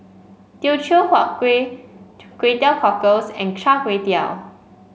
Teochew Huat Kuih Kway Teow Cockles and Char Kway Teow